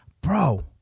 bro